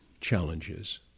challenges